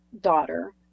daughter